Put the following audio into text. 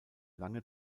lange